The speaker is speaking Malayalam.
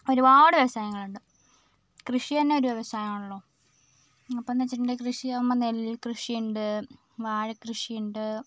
ഒരുപാട് വ്യവസായങ്ങളുണ്ട് കൃഷിയന്നെ ഒരു വ്യവസായമാണല്ലോ അപ്പൊന്ന് വെച്ചിട്ടുണ്ടെങ്കിൽ കൃഷിയാകുമ്പോൾ നെൽക്കൃഷി ഉണ്ട് വാഴക്കൃഷി ഉണ്ട്